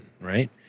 right